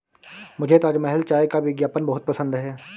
मुझे ताजमहल चाय का विज्ञापन बहुत पसंद है